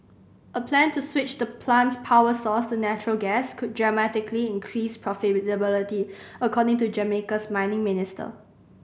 a plan to switch the plant's power source to natural gas could dramatically increase profitability according to Jamaica's mining minister